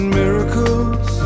miracles